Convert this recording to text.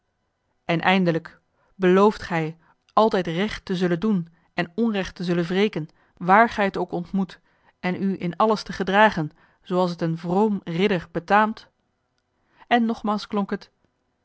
en eindelijk belooft gij altijd recht te zullen doen en onrecht te zullen wreken waar gij het ook ontmoet en u in alles te gedragen zooals het een vroom ridder betaamt en nogmaals klonk het